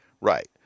Right